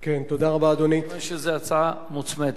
כי זו הצעה מוצמדת.